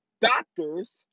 doctors